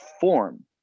form